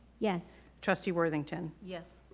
yes. trustee worthington. yes.